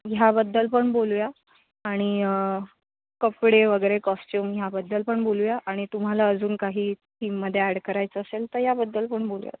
ह्याबद्दल पण बोलूया आणि कपडे वगैरे कॉश्चुम ह्याबद्दल पण बोलूया आणि तुम्हाला अजून काही थीममध्ये ॲड करायचं असेल तर याबद्दल पण बोलूयात